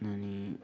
अनि